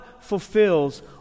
fulfills